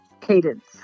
cadence